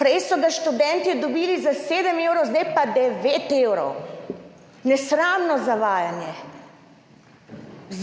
Prej so ga študentje dobili za 7 evrov, zdaj pa 9 evrov. Nesramno zavajanje.